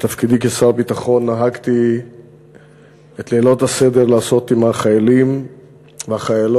בתפקידי כשר הביטחון נהגתי לעשות את לילות הסדר עם החיילים והחיילות